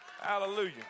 Hallelujah